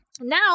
now